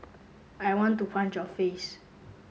I want to punch your face